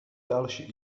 další